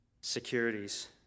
securities